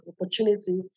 opportunity